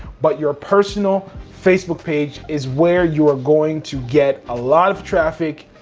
but your personal facebook page is where you're going to get a lot of traffic,